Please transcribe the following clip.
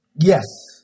Yes